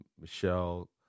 Michelle